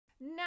Now